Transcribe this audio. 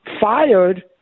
fired